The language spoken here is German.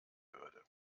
würde